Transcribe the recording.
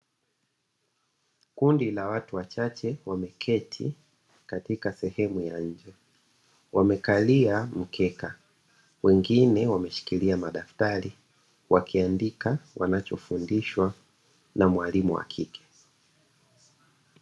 Kundi la watu wachache wameketi katika sehemu ya nje, wamekalia mkeka wengine wameshikilia madaftari, wakiandika wanachofundishwa na mwalimu wa kike.